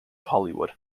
hollywood